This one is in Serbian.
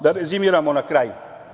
Da rezimiram na kraju.